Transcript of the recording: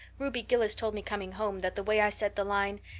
ruby gillis told me coming home that the way i said the line,